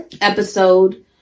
episode